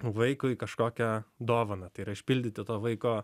vaikui kažkokią dovaną tai yra išpildyti to vaiko